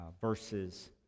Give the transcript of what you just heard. verses